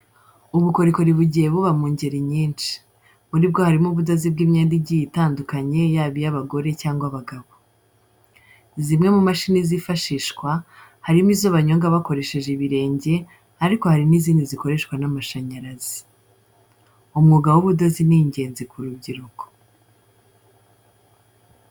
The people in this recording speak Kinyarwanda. Ubukorikori bugiye buba mu ngeri nyinshi, muri bwo harimo ubudozi bw'imyenda igiye itandukanye yaba iy'abagore cyangwa abagabo. Zimwe mu mashini zifashishwa harimo izo banyonga bakoresheje ibirenge ariko hari n'izindi zikoreshwa n'amashanyarazi. Umwuga w'ubudozi ni ingenzi ku rubyiruko.